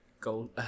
Gold